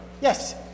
yes